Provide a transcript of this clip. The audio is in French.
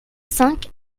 cinq